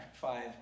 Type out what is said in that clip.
five